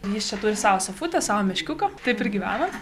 jis čia turi savo sofutę savo meškiuką taip ir gyvena